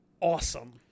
awesome